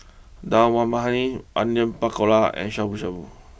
Dal Makhani Onion Pakora and Shabu Shabu